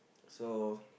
so